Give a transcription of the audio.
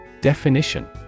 Definition